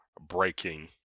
breaking